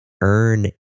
earn